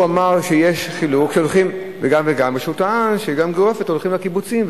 הוא אמר גם וגם וטען שגיאוגרפית הולכים לקיבוצים.